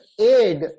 aid